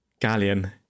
galleon